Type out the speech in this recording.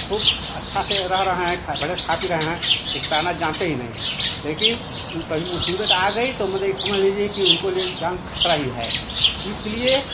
खूब अच्छा से रह रहे हैं खा बढ़ियाँ से खा पी रहे हैं कि तैरना जानते ही नहीं हैं लेकिन कभी मुसीबत आ गई तो मतलब कि समझ लीजिए कि उनके लिए जान का खतरा ही है इसलिए